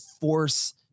force